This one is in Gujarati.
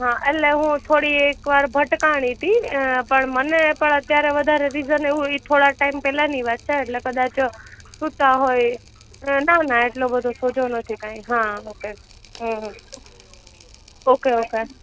હા એટલે હું થોડી એક વાર ભટકાઈ હતી પણ મને પણ અત્યારે વધારે રિસન એવું એ થોડા ટાઇમ પહેલાંની વાત છે એટલે કદાચ સૂતા હોય ના ના એટલો બધો સોજો નથી કાંઈ હા ઓકે ઓકે ઓકે